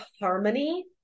harmony